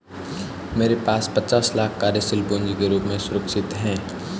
मेरे पास पचास लाख कार्यशील पूँजी के रूप में सुरक्षित हैं